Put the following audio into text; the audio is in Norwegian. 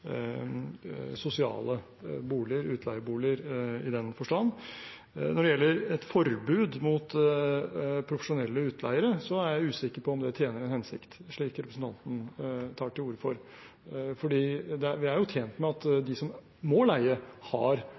sosiale boliger, utleieboliger i den forstand. Når det gjelder et forbud mot profesjonelle utleiere, er jeg usikker på om det tjener en hensikt, slik representanten tar til orde for, for vi er jo tjent med at de som må leie, har